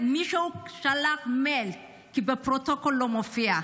מישהו שלח מייל שבפרוטוקול זה לא מופיע.